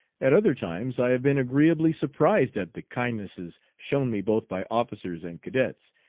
at other times i have been agreeably surprised at the kindnesses shown me both by officers and cadets,